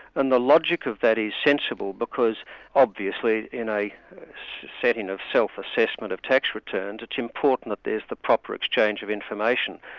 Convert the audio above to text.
and the logic of that is sensible, because obviously in a setting of self-assessment of tax returns, it's important that there's the proper exchange of information.